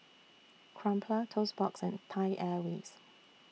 Crumpler Toast Box and Thai Airways